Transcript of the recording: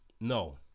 no